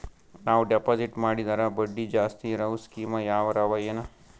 ನಾವು ಡೆಪಾಜಿಟ್ ಮಾಡಿದರ ಬಡ್ಡಿ ಜಾಸ್ತಿ ಇರವು ಸ್ಕೀಮ ಯಾವಾರ ಅವ ಏನ?